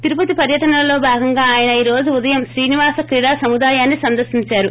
తిరుపతి పర్యటనలో భాగంగా ఆయన ఈ రోజు ఉదయం శ్రీనివాస క్రీడా సముదాయాన్ని సందర్శించారు